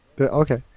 Okay